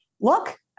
look